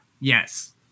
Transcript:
Yes